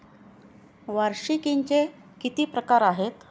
वार्षिकींचे किती प्रकार आहेत?